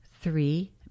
three